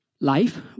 life